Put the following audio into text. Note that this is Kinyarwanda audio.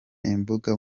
imbuga